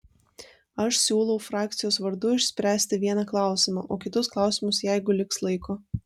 aš siūlau frakcijos vardu išspręsti vieną klausimą o kitus klausimus jeigu liks laiko